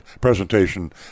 presentation